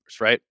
right